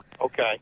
Okay